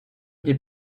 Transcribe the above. des